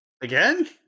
Again